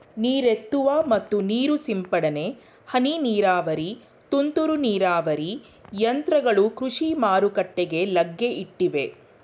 ನೀರೆತ್ತುವ ಮತ್ತು ನೀರು ಸಿಂಪಡನೆ, ಹನಿ ನೀರಾವರಿ, ತುಂತುರು ನೀರಾವರಿ ಯಂತ್ರಗಳು ಕೃಷಿ ಮಾರುಕಟ್ಟೆಗೆ ಲಗ್ಗೆ ಇಟ್ಟಿವೆ